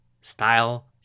style